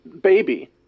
baby